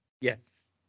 Yes